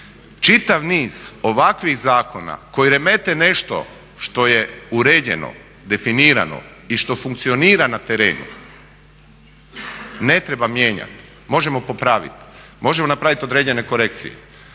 Čitav niz ovakvih zakona koji remete nešto što ej uređeno, definirano i što funkcionira na terenu ne treba mijenjati, možemo popraviti. Možemo napraviti određene korekcije,